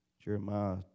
Jeremiah